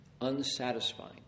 unsatisfying